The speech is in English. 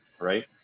Right